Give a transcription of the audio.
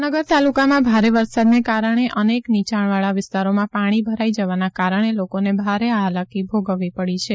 ભાવનગર તાલુકામાં ભારે વરસાદને કારણે અનેક નીચાણવાળા વિસ્તારોમાં પાણી ભરાઈ જવાના કારણે લોકોને ભારે હાલાકી ભોગવવી પડી છે